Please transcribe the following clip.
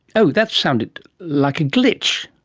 oh, that sounded like a glitch,